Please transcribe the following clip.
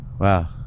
Wow